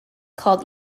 called